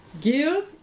Give